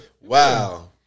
Wow